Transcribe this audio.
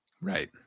Right